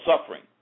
suffering